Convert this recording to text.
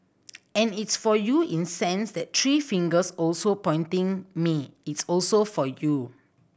and it's for you in sense that three fingers also pointing me it's also for you